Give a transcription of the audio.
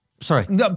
Sorry